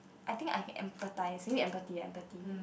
I think I can empathise you need empathy empathy